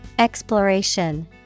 Exploration